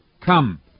come